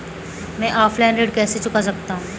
मैं ऑफलाइन ऋण कैसे चुका सकता हूँ?